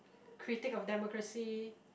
critic of democracy